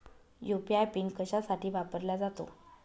UPI PIN कशासाठी वापरला जातो?